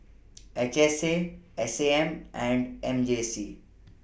H S A S A M and M J C